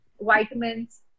vitamins